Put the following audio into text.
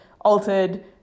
altered